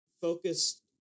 focused